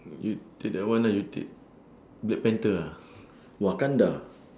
you take that one ah you take black panther ah wakanda